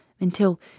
until